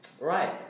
Right